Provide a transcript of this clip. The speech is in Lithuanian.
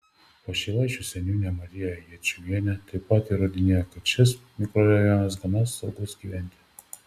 pašilaičių seniūnė marija jėčiuvienė taip pat įrodinėjo kad šis mikrorajonas gana saugus gyventi